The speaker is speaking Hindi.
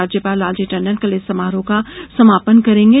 राज्यपाल लालजी टंडन कल इस ैसमारोह का समापन करेंगे